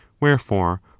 wherefore